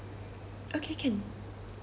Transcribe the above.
okay can